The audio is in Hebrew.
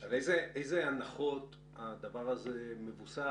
על איזה הנחות הדבר הזה מבוסס?